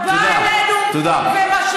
את באה אלינו ומשליכה,